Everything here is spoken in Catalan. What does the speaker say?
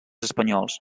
espanyols